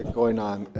going on